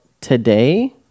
today